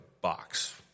box